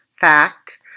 fact